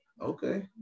Okay